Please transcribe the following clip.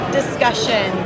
discussion